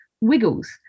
wiggles